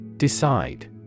Decide